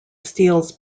steals